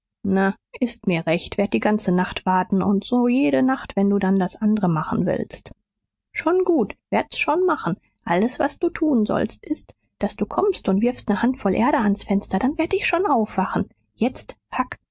na ist mir recht werd die ganze nacht warten und so jede nacht wenn du dann das andere machen willst schon gut werd's schon machen alles was du tun sollst ist daß du kommst und wirfst ne handvoll erde ans fenster dann werd ich schon aufwachen jetzt huck